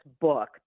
book